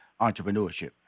entrepreneurship